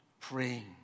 praying